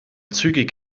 zügig